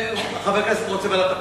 אם חבר הכנסת רוצה ועדת הפנים,